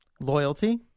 Loyalty